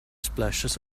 splashes